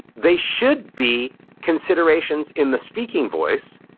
they should be considerations in the speaking voice,